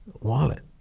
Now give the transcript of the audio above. wallet